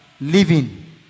Living